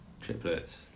triplets